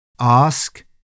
Ask